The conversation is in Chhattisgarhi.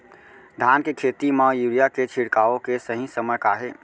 धान के खेती मा यूरिया के छिड़काओ के सही समय का हे?